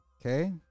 Okay